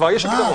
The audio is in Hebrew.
כבר יש הגדרות.